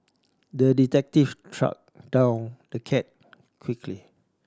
the detective track down the cat quickly